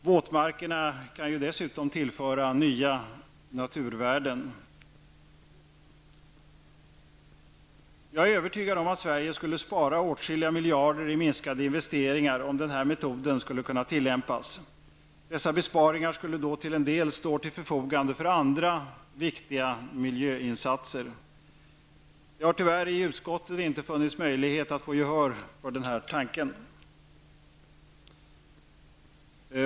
Våtmarkerna kan ju dessutom tillföra nya naturvärden. Jag är övertygad om att Sverige skulle spara åtskilliga miljarder i minskade investeringar om denna metod kunde tillämpas. Dessa besparingar skulle då till en del stå till förfogande för andra viktiga miljöinsatser. Det har tyvärr i utskottet inte funnits möjligheter att få gehör för denna tanke.